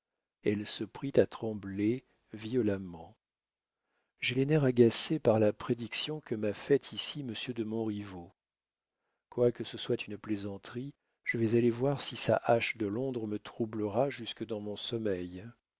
elle se prit à trembler violemment j'ai les nerfs agacés par la prédiction que m'a faite ici monsieur de montriveau quoique ce soit une plaisanterie je vais aller voir si sa hache de londres me troublera jusque dans mon sommeil